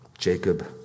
Jacob